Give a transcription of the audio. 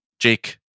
Jake